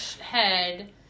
head